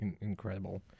Incredible